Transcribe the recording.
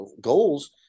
goals